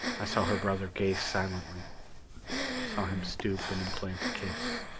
i saw her brother gaze silently saw him stoop and implant a kiss